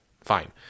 Fine